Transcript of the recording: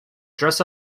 dress